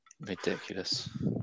Ridiculous